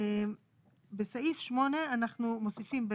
בסעיף 8 אנחנו מוסיפים,